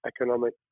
economic